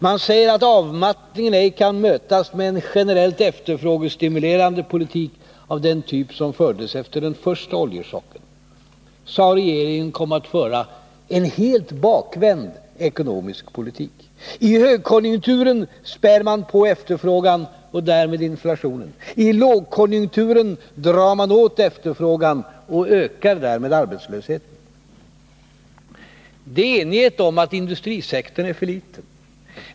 Man säger att avmattningen ej kan mötas med en generell efterfrågestimulerande politik av den typ som fördes efter den första oljechocken. Så har regeringen kommit att föra en helt bakvänd ekonomisk politik. I högkonjunkturen spär man på efterfrågan och därmed inflationen. I lågkonjunkturen drar man åt efterfrågan och ökar därmed arbetslösheten. Det råder enighet om att industrisektorn är för liten.